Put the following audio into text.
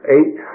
Eight